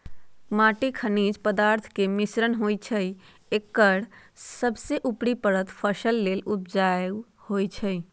माटी खनिज पदार्थ के मिश्रण होइ छइ एकर सबसे उपरी परत फसल लेल उपजाऊ होहइ